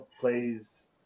plays